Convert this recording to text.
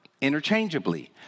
interchangeably